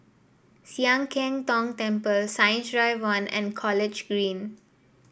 Sian Keng Tong Temple Science Drive One and College Green